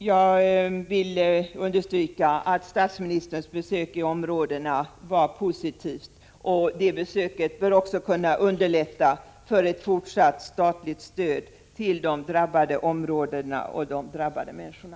Jag vill understryka att statsministerns besök i områdena var positivt. Det besöket bör också kunna underlätta vid bedömningen av ett fortsatt statligt stöd till de drabbade områdena och de drabbade människorna.